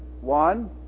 One